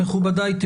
מכובדיי,